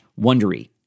Wondery